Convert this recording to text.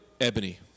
Ebony